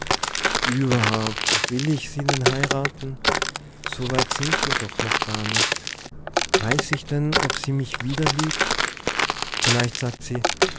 überhaupt will ich sie denn heiraten so weit sind wir doch noch gar nicht weiß ich denn ob sie mich wiederliebt vielleicht sagt se